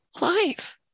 life